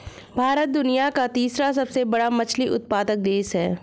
भारत दुनिया का तीसरा सबसे बड़ा मछली उत्पादक देश है